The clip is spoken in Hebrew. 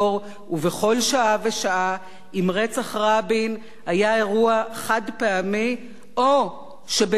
ושעה אם רצח רבין היה אירוע חד-פעמי או שבנסיבות של אווירה